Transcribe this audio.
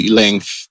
length